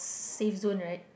safe zone right